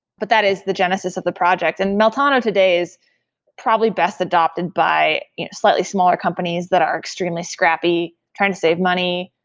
but that is the genesis of the project. and meltano today is probably best adopted by slightly smaller companies that are extremely scrappy, trying to save money.